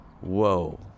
Whoa